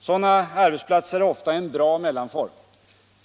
Sådana arbetsplatser är ofta en bra mellanform.